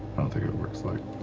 i don't think it it works like